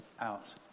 out